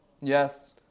Yes